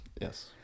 yes